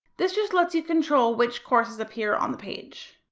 this just lets you control which courses appear on the page.